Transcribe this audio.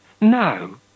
No